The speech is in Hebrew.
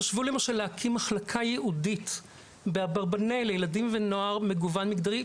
חשבו להקים מחלקה ייעודית באברבנאל לילדים ונוער מגוון מגדרי,